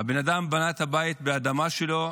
הבן אדם בנה את הבית באדמה שלו,